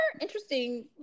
interesting